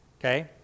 Okay